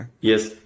Yes